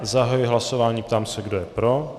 Zahajuji hlasování a ptám se, kdo je pro.